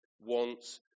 wants